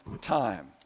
time